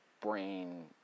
brain